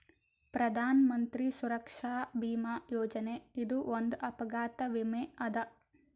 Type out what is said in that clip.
ಪ್ರಧಾನ್ ಮಂತ್ರಿ ಸುರಕ್ಷಾ ಭೀಮಾ ಯೋಜನೆ ಇದು ಒಂದ್ ಅಪಘಾತ ವಿಮೆ ಅದ